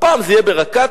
הפעם זה יהיה ברקטות,